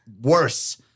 worse